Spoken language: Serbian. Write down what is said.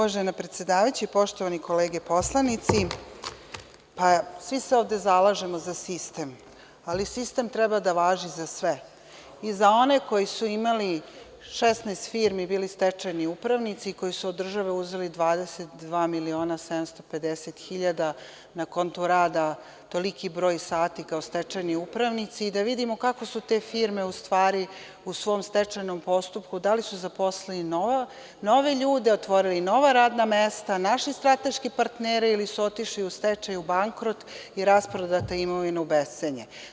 Uvažena predsedavajuća i poštovane kolege poslanici, svi se ovde zalažemo za sistem, ali sistem treba da važi za svi i za one koji su imali 16 firmi, bili stečajni upravnici, koji su od države uzeli 22 miliona 750 hiljada na konto rada toliki broj sati kao stečajni upravnici i da vidimo kako su te firme u stvari u svom stečajnom postupku, da li su zaposlili nove ljude, otvorili nova radna mesta, našli strateške partnere ili su otišli u stečaj, u bankrot i rasprodata imovina u bescenje.